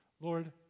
Lord